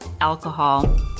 alcohol